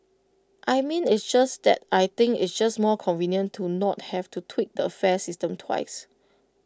I mean it's just that I think it's just more convenient to not have to tweak the fare system twice